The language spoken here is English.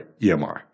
EMR